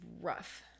rough